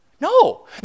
No